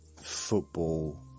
football